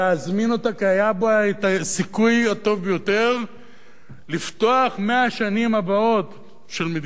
כי היה בה הסיכוי הטוב ביותר לפתוח את 100 השנים הבאות של מדינת ישראל,